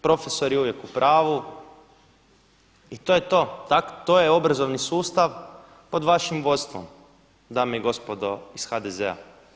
Profesor je uvijek u pravu i to je to, to je obrazovni sustav pod vašim vodstvom dame i gospodo iz HDZ-a.